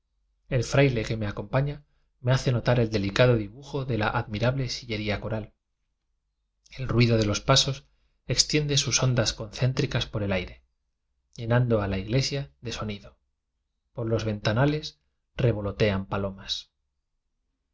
el fraile que me acompaña me hace notar el delicado dibujo de la admirable sillería coral el ruido de os pasos extiende sus ondas concéntricas por e aire llenando a la iglesia de soni do por los ventanales revolotean palo